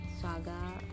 Saga